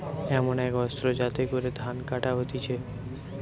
এমন এক অস্ত্র যাতে করে ধান কাটা হতিছে